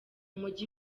mujyi